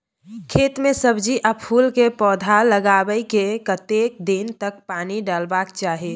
खेत मे सब्जी आ फूल के पौधा लगाबै के कतेक दिन तक पानी डालबाक चाही?